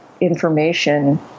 information